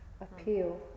appeal